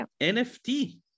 NFT